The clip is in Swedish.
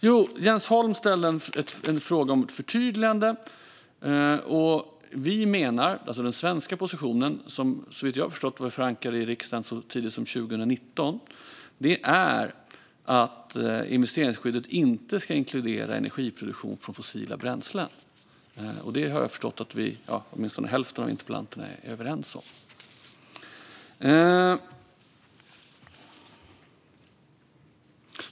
Jens Holm ställde en fråga om ett förtydligande. Den svenska positionen, som såvitt jag har förstått det var förankrad i riksdagen så tidigt som 2019, är att investeringsskyddet inte ska inkludera energiproduktion från fossila bränslen. Det har jag förstått att vi, åtminstone med hälften av dem som debatterar här i dag, är överens om.